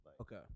Okay